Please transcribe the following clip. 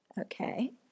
Okay